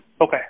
Okay